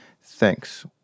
thanks